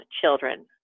children